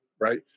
right